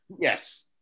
Yes